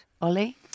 Ollie